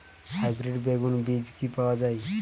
Hybrid বেগুন বীজ কি পাওয়া য়ায়?